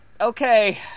Okay